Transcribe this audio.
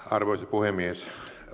arvoisa puhemies